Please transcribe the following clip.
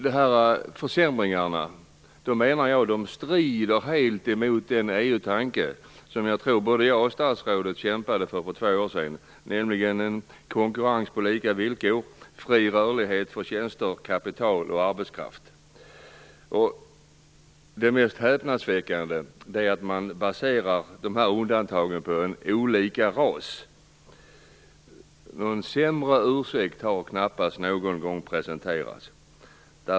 Dessa försämringar menar jag strider helt mot den EU tanke som jag tror både jag och statsrådet kämpade för för två år sedan, nämligen en konkurrens på lika villkor, fri rörlighet för tjänster, kapital och arbetskraft. Det mest häpnadsväckande är att man baserar dessa undantag på att det är olika ras. Någon sämre ursäkt har knappast någon gång presenterats.